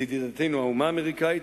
את ידידתנו האומה האמריקנית,